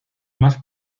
más